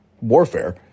warfare